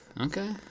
okay